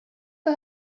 for